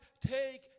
take